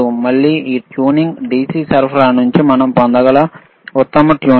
మళ్ళీ ఈ tuning DC విద్యుత్ సరఫరా నుండి మనం పొందగల ఉత్తమ ట్యూనింగ్